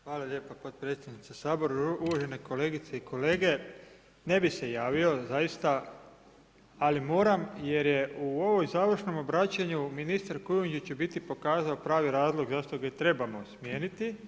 Hvala lijepa podpredsjedniče Sabora, uvažene kolegice i kolege, ne bi se javio zaista, ali moram jer je u ovom završnom obraćanju ministar Kujundžić je u biti pokazao pravi razlog zašto ga trebamo smijeniti.